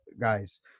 guys